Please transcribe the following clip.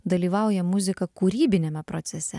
dalyvauja muzika kūrybiniame procese